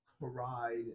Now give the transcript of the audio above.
cried